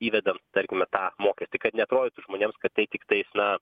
įvedam tarkime tą mokestį kad neatrodytų žmonėms kad tai tiktais na